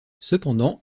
cependant